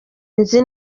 nzi